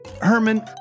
Herman